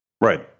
Right